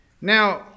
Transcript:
Now